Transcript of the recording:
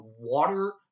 water